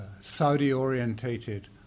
Saudi-orientated